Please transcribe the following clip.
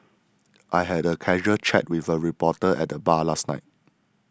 I had a casual chat with a reporter at the bar last night